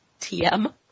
TM